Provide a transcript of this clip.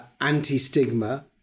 anti-stigma